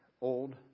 old